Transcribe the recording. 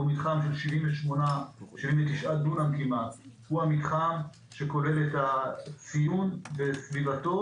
הוא מתחם של 79 דונם כמעט והוא המתחם שכולל את הציון וסביבתו,